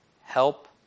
Help